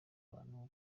bantu